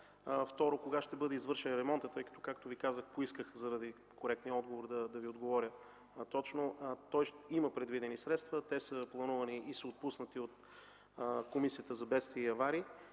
Второ, кога ще бъде извършен ремонтът? Както Ви казах, поисках заради коректния отговор и ще Ви отговоря точно: има предвидени средства, те са планувани и са отпуснати от Комисията за бедствия и аварии.